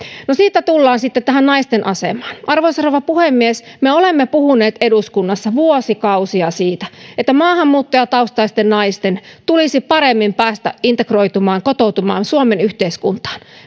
siitä tullaan sitten tähän naisten asemaan arvoisa rouva puhemies me olemme puhuneet eduskunnassa vuosikausia siitä että maahanmuuttajataustaisten naisten tulisi paremmin päästä integroitumaan kotoutumaan suomen yhteiskuntaan